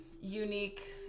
unique